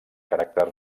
caràcter